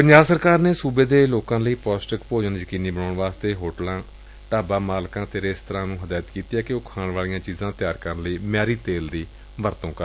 ਪੰਜਾਬ ਸਰਕਾਰ ਨੇ ਸੁਬੇ ਦੇ ਲੋਕਾਂ ਲਈ ਪੌਸ਼ਟਿਕ ਭੋਜਨ ਯਕੀਨੀ ਬਣਾਉਣ ਵਾਸਤੇ ਹੋਟਲਾਂ ਢਾਬਾ ਮਾਲਕਾਂ ਅਤੇ ਰੇਸਤਰਾਂ ਨੂੰ ਹਦਾਇਤ ਕੀਤੀ ਏ ਕਿ ਉਹ ਖਾਣ ਵਾਲੀਆਂ ਚੀਜ਼ਾਂ ਤਿਆਰ ਕਰਨ ਲਈ ਮਿਆਰੀ ਤੇਲ ਦੀ ਵਰਤੋਂ ਹੀ ਕਰਨ